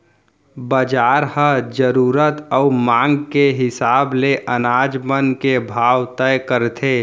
बजार ह जरूरत अउ मांग के हिसाब ले अनाज मन के भाव तय करथे